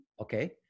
Okay